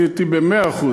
לפי דעתי של 100%,